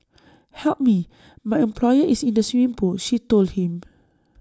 help me my employer is in the swimming pool she told him